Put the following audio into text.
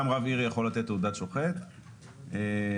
"את סמלי הכשרות שנקבעו בתעודת הכשר שהונפקה לו"; בסעיף קטן (ב),